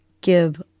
give